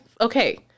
okay